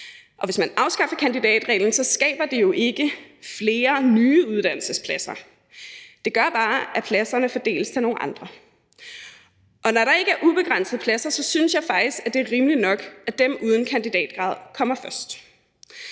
Og hvis man afskaffer kandidatreglen, skaber det jo ikke flere nye uddannelsespladser. Det gør bare, at pladserne fordeles til nogle andre. Og når der ikke er ubegrænsede pladser, synes jeg faktisk, at det er rimeligt nok, at dem uden kandidatgrad kommer først.